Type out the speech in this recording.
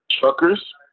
Truckers